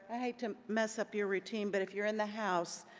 i hate to mess up your routine, but if you're in the house,